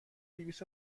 دویست